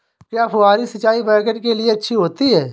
क्या फुहारी सिंचाई बैगन के लिए अच्छी होती है?